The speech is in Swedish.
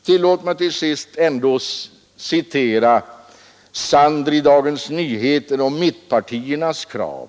Tillåt mig till sist citera vad Sander i Dagens Nyheter säger beträffande mittenpartiernas krav.